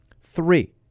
three